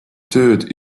tööd